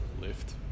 lift